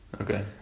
Okay